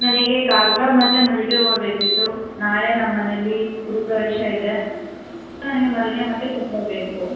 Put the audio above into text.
ನನಗೆ ಕಾಕಡ ಮತ್ತು ಮಲ್ಲಿಗೆ ಹೂವು ಬೇಕಿತ್ತು ನಾಳೆ ನಮ್ಮನೆಯಲ್ಲಿ ಗೃಹ ಪ್ರವೇಶ ಇದೆ ನನಗೆ ಮಲ್ಲಿಗೆ ಮತ್ತು ಕಾಕಡ ಬೇಕು